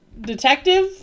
Detective